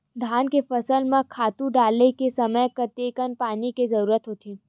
धान के फसल म खातु डाले के समय कतेकन पानी के जरूरत होथे?